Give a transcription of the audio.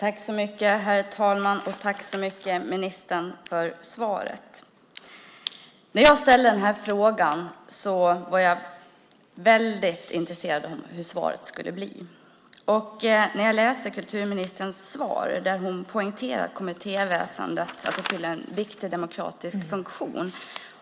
Herr talman! Tack, ministern, för svaret. När jag ställde frågan var jag intresserad av hur svaret skulle bli. Jag hörde kulturministerns svar, där hon poängterade att kommittéväsendet fyller en viktig demokratisk funktion.